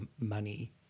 money